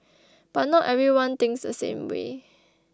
but not everyone thinks the same way